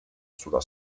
sulla